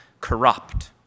corrupt